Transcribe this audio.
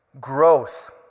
growth